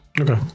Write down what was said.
Okay